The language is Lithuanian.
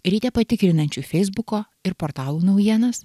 ryte patikrinančių feisbuko ir portalų naujienas